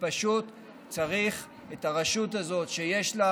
פשוט צריך את הרשות הזאת, שיש לה